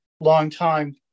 longtime